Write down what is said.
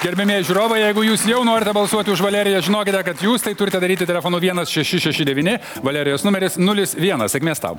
gerbiamieji žiūrovai jeigu jūs jau norite balsuoti už valeriją žinokite kad jūs tai turite daryti telefonu vienas šeši šeši devyni valerijos numeris nulis vienas sėkmės tau